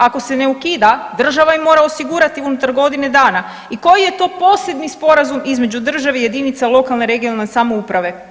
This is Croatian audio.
Ako se ne ukida, država im mora osigurati unutar godine dana i koji je to posebni sporazum između države i jedinice lokalne i regionalne samouprave?